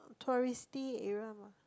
touristy area mah